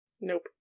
Nope